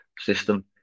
system